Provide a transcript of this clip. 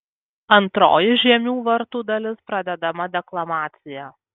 antroji žiemių vartų dalis pradedama deklamacija